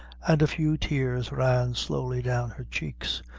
and a few tears ran slowly down her cheeks.